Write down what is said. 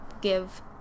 give